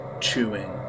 chewing